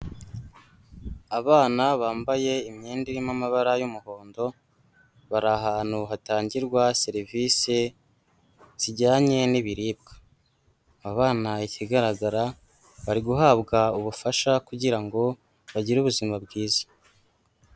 Abana bambaye imyenda irimo amabara y'umuhondo, bari ahantu hatangirwa serivisi zijyanye n'ibiribwa. Abana ikigaragara bari guhabwa ubufasha kugira ngo bagire ubuzima bwiza.